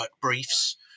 briefs